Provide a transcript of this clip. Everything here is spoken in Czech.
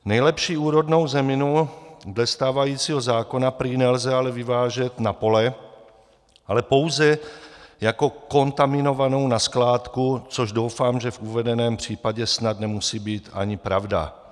Nejlepší úrodnou zeminu dle stávajícího zákona prý ale nelze vyvážet na pole, ale pouze jako kontaminovanou na skládku, což doufám, že v uvedeném případě snad nemusí být ani pravda.